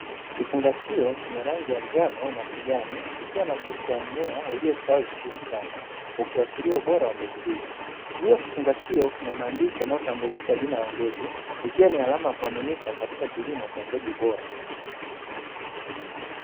Kifungashio chenye rangi ya njano na kijani, kikiwa na picha ya mmea uliostawi vizuri sana, ukiashiria ubora wa mbegu hizi; juu ya kifungashio kuna maandishi yanayotambulisha jina la mbegu. Ikiwa ni alama ya kuaminika katika kilimo cha mbegu bora.